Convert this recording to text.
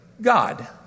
God